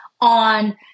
on